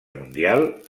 mundial